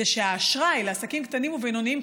זה שהאשראי לעסקים קטנים ובינוניים,